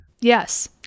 Yes